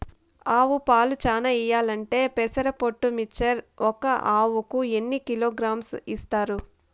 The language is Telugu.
ఆవులు పాలు చానా ఇయ్యాలంటే పెసర పొట్టు మిక్చర్ ఒక ఆవుకు ఎన్ని కిలోగ్రామ్స్ ఇస్తారు?